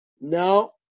no